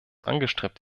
angestrebt